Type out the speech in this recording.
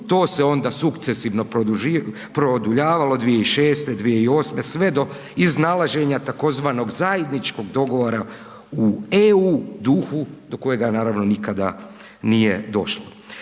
to se onda sukcesivno produljavalo 2006., 2008., sve do iznalaženja tzv. zajedničkog dogovora u EU duhu do kojega naravno nikada nije došlo.